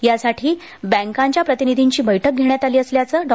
यासाठी बँकांच्या प्रतिनिधीची बैठक घेण्यात आली असल्याचं डॉ